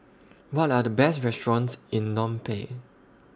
What Are The Best restaurants in Phnom Penh